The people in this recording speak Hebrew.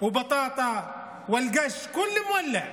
להלן תרגומם: הכול יקר בממשלה הזאת: